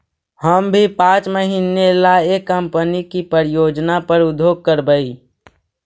हम भी पाँच महीने ला एक कंपनी की परियोजना पर उद्योग करवई